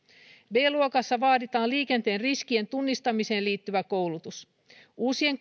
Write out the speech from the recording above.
b luokassa vaaditaan liikenteen riskien tunnistamiseen liittyvä koulutus uusien